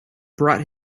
brought